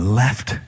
left